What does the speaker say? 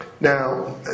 Now